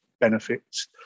benefits